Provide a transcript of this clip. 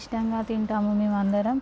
ఇష్టంగా తింటాం మేమందరం